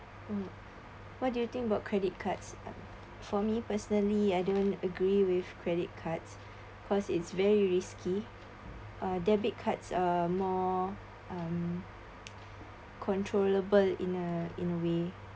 mm what do you think about credit cards for me personally I don't agree with credit cards cause it's very risky uh debit cards uh more um controllable in a in a way